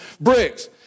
bricks